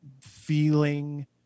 feeling